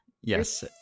Yes